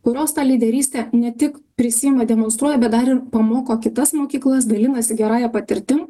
kurios tą lyderystę ne tik prisiima demonstruoja bet dar ir pamoko kitas mokyklas dalinasi gerąja patirtim